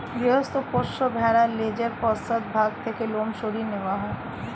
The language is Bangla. গৃহস্থ পোষ্য ভেড়ার লেজের পশ্চাৎ ভাগ থেকে লোম সরিয়ে নেওয়া হয়